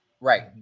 Right